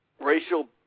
racial